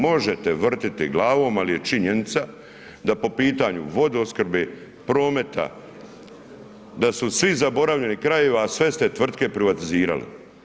Možete vrtiti glavom, ali je činjenica da po pitanju vodoopskrbe, prometa da su svi zaboravljeni krajevi, a sve ste tvrtke privatizirali.